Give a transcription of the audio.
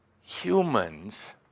humans